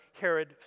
Herod